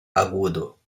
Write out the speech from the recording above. agudo